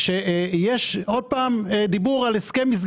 על הסכם מסגרת.